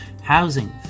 housing